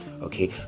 okay